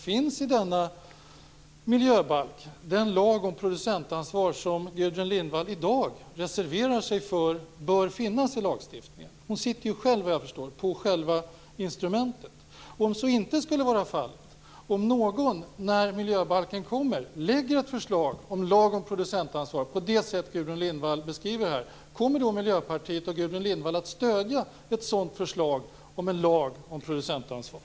Finns i denna miljöbalk den lag om producentansvar som Gudrun Lindvall i dag reserverar sig för bör finnas i lagstiftningen? Vad jag förstår sitter hon själv på instrumentet. Om så inte skulle vara fallet och om någon, när miljöbalken kommer, lägger ett förslag om en lag om producentansvar på det sätt Gudrun Lindvall beskriver här, kommer då Miljöpartiet och Gudrun Lindvall att stödja ett sådant förslag om en lag om producentansvar?